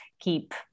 keep